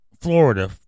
Florida